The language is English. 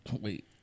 Wait